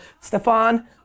Stefan